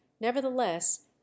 nevertheless